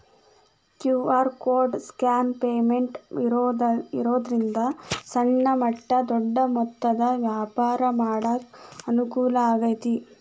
QR code scan payment ಇರೋದ್ರಿಂದ ಸಣ್ಣ ಮಟ್ಟ ದೊಡ್ಡ ಮೊತ್ತದ ವ್ಯಾಪಾರ ಮಾಡಾಕ ಅನುಕೂಲ ಆಗೈತಿ